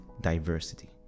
diversity